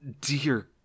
dear